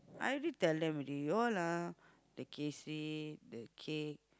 I already tell them already you all ah the the cake